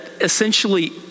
essentially